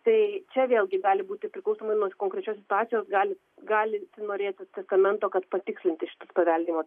tai čia vėlgi gali būti priklausomai nuo konkrečios situacijos gali gali norėti testamento kad patikslinti šitas paveldėjimo